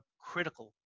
critical